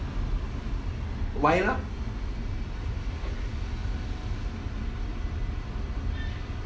why lah